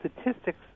statistics